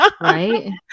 right